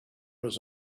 was